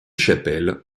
chapelle